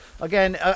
again